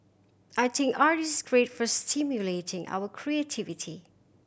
I think art is great for stimulating our creativity